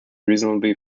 reasonably